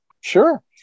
Sure